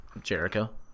Jericho